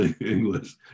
English